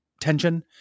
tension